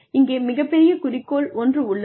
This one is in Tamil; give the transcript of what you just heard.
இங்கே மிகப்பெரிய குறிக்கோள் ஒன்று உள்ளது